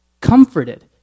comforted